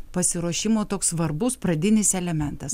pasiruošimo toks svarbus pradinis elementas